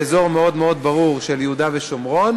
באזור מאוד מאוד ברור של יהודה ושומרון,